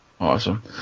Awesome